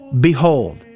Behold